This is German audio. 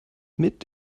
mit